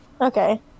Okay